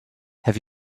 have